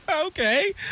Okay